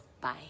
bye